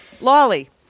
Lolly